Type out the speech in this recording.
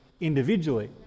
individually